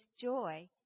joy